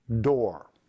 door